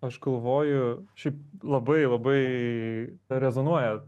aš galvoju šiaip labai labai rezonuoja